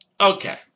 okay